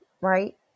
Right